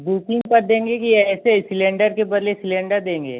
booking पर देंगे कि ऐसे ही सिलेंडर के बदले सिलेंडर देंगे